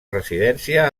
residència